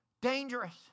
Dangerous